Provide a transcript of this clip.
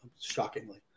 shockingly